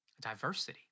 Diversity